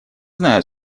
знаю